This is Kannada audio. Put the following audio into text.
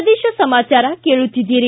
ಪ್ರದೇಶ ಸಮಾಚಾರ ಕೇಳುತ್ತಿದ್ದೀರಿ